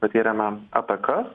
patyrėme atakas